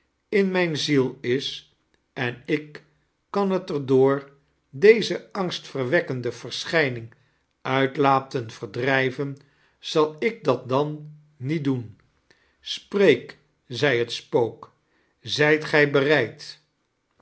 in mijne ziel is en ik kan het er door deze angstverwekkende verschijning uit laten verdrqven zal ik dat dan niet doen spreekf zei het spook zijt gij bereid